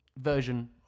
version